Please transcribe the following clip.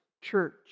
church